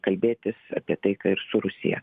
kalbėtis apie taiką ir su rusija